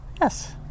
Yes